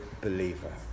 believer